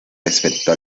respecto